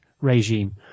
regime